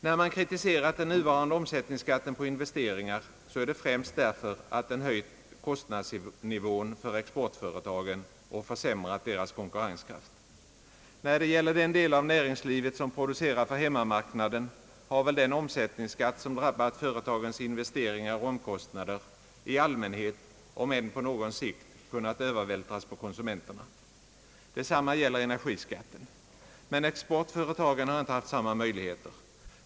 När man kritiserat den nuvarande omsättningsskatten på investeringar, så är det främst därför att den höjt kostnadsnivån för exportföretagen och försämrat deras konkurrenskraft. När det gäller den del av näringslivet som producerar för hemmamarknaden har väl den omsättningsskatt, som drabbat företagens investeringar och omkostnader, i allmänhet — om än på någon sikt — kunnat övervältras på konsumenterna. Detsamma gäller energiskatten. Men exportföretagen har inte haft samma möjligheter.